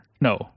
No